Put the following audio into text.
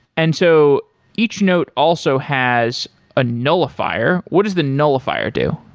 and so each note also has a nullifier. what does the nullifier do?